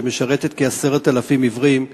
שמשרתת כ-10,000 עיוורים,